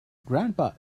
grandpa